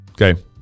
Okay